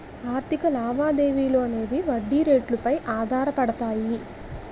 ఆర్థిక లావాదేవీలు అనేవి వడ్డీ రేట్లు పై ఆధారపడతాయి